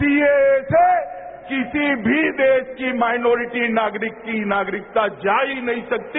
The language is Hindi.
सीएए से किसी भी देश की माइनोरिटी नागरिक की नागरिकता जा ही नहीं सकती